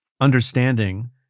understanding